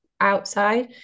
outside